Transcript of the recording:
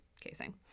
casing